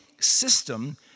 system